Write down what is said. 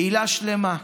קהילה שלמה,